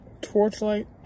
Torchlight